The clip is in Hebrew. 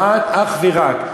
נועדה אך ורק,